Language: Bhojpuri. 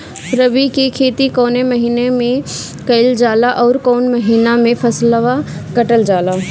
रबी की खेती कौने महिने में कइल जाला अउर कौन् महीना में फसलवा कटल जाला?